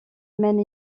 mène